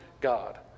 God